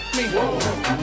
Whoa